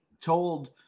told